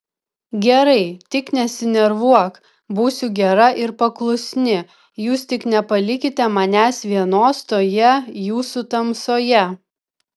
gerai tik nesinervuok būsiu gera ir paklusni jūs tik nepalikite manęs vienos toje jūsų tamsoje